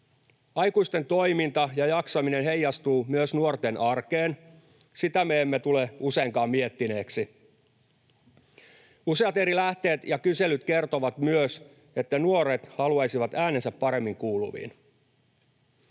Aikuisten toiminta ja jaksaminen heijastuvat myös nuorten arkeen. Sitä me emme tule useinkaan miettineeksi. Useat eri lähteet ja kyselyt kertovat myös, että nuoret haluaisivat äänensä paremmin kuuluviin.